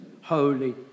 Holy